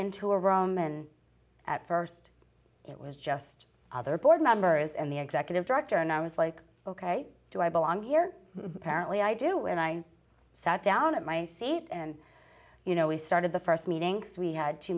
into a roman at st it was just other board members and the executive director and i was like ok do i belong here apparently i do when i sat down at my seat and you know we started the st meeting we had t